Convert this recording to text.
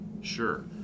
Sure